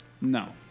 No